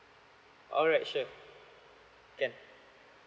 all right sure can